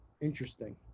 Interesting